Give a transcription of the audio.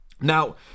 Now